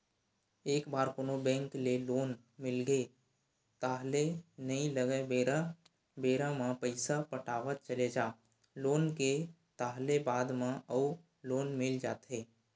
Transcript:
एक बार कोनो बेंक ले लोन मिलगे ताहले नइ लगय बेरा बेरा म पइसा पटावत चले जा लोन के ताहले बाद म अउ लोन मिल जाथे